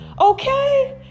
okay